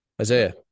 Isaiah